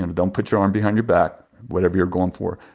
and don't put your arm behind your back, whatever you're going for.